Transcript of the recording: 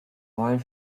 wollen